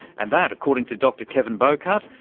and that, according to dr kevin bowcutt,